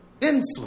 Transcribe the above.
influence